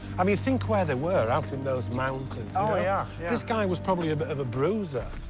i mean, think where they were out in those mountains. ah yeah yeah this guy was probably a bit of a bruiser.